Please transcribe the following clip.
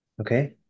Okay